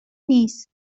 نیست